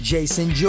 Jason